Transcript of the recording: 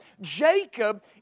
Jacob